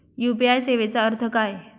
UPI सेवेचा अर्थ काय?